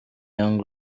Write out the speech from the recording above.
young